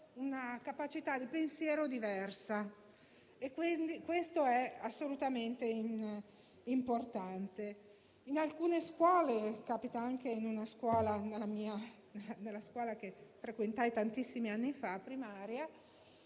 una capacità di pensiero diversa; questo è assolutamente importante. In alcune scuole - capita anche nella mia scuola primaria, che frequentai tantissimi anni fa -